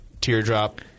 teardrop